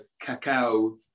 cacao